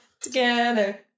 Together